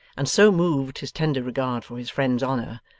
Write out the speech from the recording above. and so moved his tender regard for his friend's honour,